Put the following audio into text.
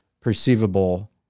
perceivable